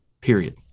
period